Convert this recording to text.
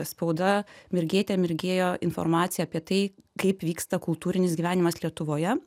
spauda mirgėte mirgėjo informacija apie tai kaip vyksta kultūrinis gyvenimas lietuvoje